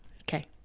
Okay